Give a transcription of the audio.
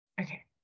okay